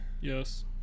Yes